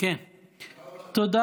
תודה